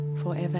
forever